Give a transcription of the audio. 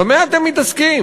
במה אתם מתעסקים?